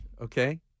okay